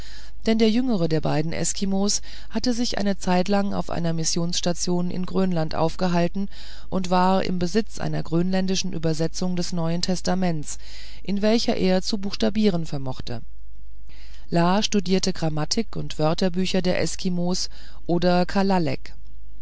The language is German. denn der jüngere der beiden eskimos hatte sich eine zeitlang auf einer missionsstation in grönland aufgehalten und war im besitz einer grönländischen übersetzung des neuen testaments in welcher er zu buchstabieren vermochte la studierte grammatik und wörterbuch der eskimos oder